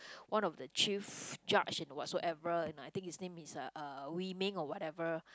one of the chief judge and whatsoever and I think his name is uh Wee Meng or whatever